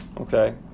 okay